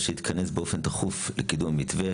אשר יתכנס באופן תכוף לקידום המתווה,